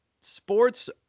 sports